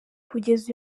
kugeza